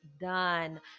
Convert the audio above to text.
done